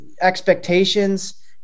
expectations